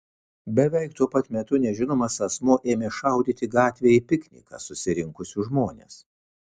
beveik tuo pat metu nežinomas asmuo ėmė šaudyti gatvėje į pikniką susirinkusius žmones